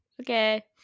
Okay